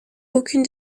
aucune